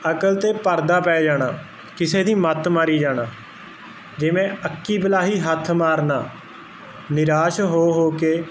ਅਕਲ ਤੇ ਪਰਦਾ ਪੈ ਜਾਣਾ ਕਿਸੇ ਦੀ ਮੱਤ ਮਾਰੀ ਜਾਣਾ ਜਿਵੇਂ ਅੱਕੀ ਬਲਾਹੀ ਹੱਥ ਮਾਰਨਾ ਨਿਰਾਸ਼ ਹੋ ਹੋ ਕੇ